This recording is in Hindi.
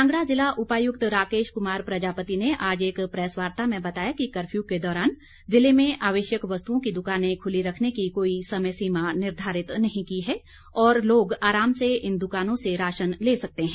कांगड़ा जिला उपायुक्त राकेश कुमार प्रजापति ने आज एक प्रैसवार्ता में बताया कि कर्फ्यू के दौरान जिले में आवश्यक वस्तुओं की दुकानें खुली रखने की कोई समय सीमा निर्धारित नहीं की है और लोग आराम से इन दुकानों से राशन ले सकते हैं